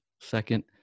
second